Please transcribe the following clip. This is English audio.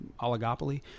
oligopoly